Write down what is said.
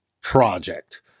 project